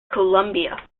columbia